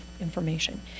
information